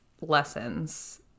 lessons